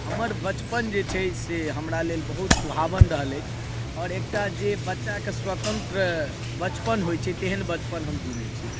हमर बचपन जे छै से हमरा लेल बहुत सुहावन रहल अछि आओर एकटा जे बच्चाके स्वतन्त्र बचपन होइ छै तेहन बचपन हम जीने छी